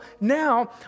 now